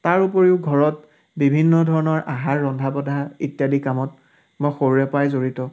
তাৰ উপৰিও ঘৰত বিভিন্ন ধৰণৰ আহাৰ ৰন্ধা বঢ়া ইত্যাদি কামত মই সৰুৰে পৰাই জড়িত